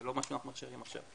זה לא משהו שאנחנו מכשירים עכשיו.